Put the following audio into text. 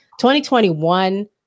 2021